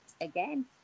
again